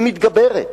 היא מתגברת,